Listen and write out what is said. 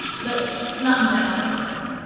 but not in bathtub pony.